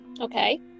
Okay